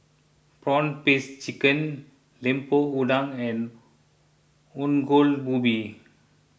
Prawn Paste Chicken Lemper Udang and Ongol Ubi